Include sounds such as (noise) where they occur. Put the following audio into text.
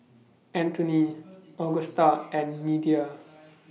(noise) Anthoney Augusta and Media